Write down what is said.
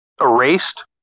Erased